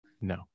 No